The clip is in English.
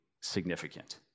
significant